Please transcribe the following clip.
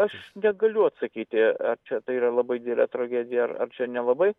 aš negaliu atsakyti ar čia tai yra labai didelė tragedija ar ar čia nelabai